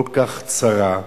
כל כך צרה,